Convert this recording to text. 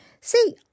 See